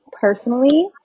personally